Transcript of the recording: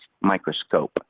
microscope